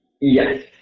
Yes